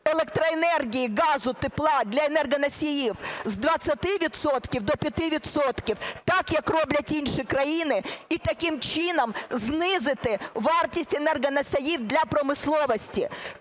електроенергії, газу, тепла, для енергоносіїв з 20 відсотків до 5 відсотків, так, як роблять інші країни, і таким чином знизити вартість енергоносіїв для промисловості.